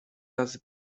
razy